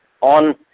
on